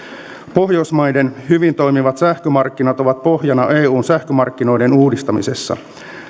pohjoismaiden hyvin toimivat sähkömarkkinat ovat pohjana eun sähkömarkkinoiden uudistamisessa